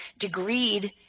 degreed